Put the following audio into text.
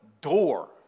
door